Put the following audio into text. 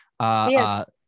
Yes